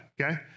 okay